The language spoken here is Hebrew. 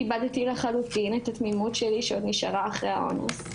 איבדתי לחלוטין את התמימות שלי שעוד נשארה אחרי האונס.